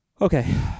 Okay